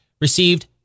received